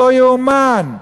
לא יאומן.